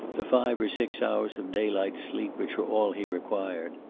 the five or six hours of day-light sleep which were all he required.